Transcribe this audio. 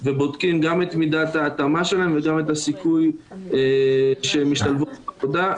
ובודקים גם את מידת ההתאמה שלהם וגם את הסיכוי שהם ישתלבו בעבודה.